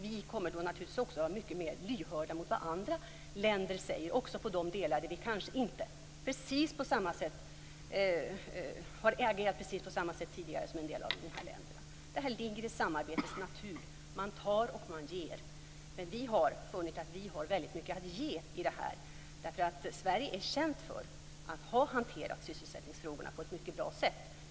Vi kommer då naturligtvis också att vara mycket mer lyhörda för vad andra länder säger, också i de delar där vi kanske inte tidigare har agerat på precis samma sätt som en del av dessa länder. Det här ligger i samarbetets natur. Man tar och man ger. Men vi har funnit att vi har väldigt mycket att ge här. Sverige är känt för att ha hanterat sysselsättningsfrågorna på ett mycket bra sätt.